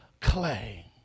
clay